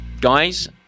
guys